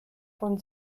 von